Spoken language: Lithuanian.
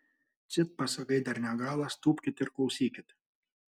cit pasakai dar ne galas tūpkit ir klausykit